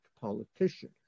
politician